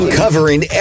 covering